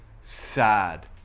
sad